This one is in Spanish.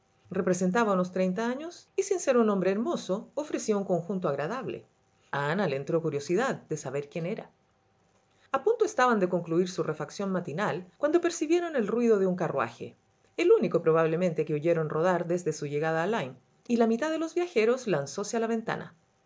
representaba unos treinta años y sin ser un hombre hermoso ofrecía un conjunto agradable a ana le entró curiosidad de saber quién era a punto estaban de concluir su refacción matinal cuando percibieron el ruido de un carruajeel único probablemente que oyeron rodar desde su llegada a lyme y la mitad de los viajeros lanzóse a la ventana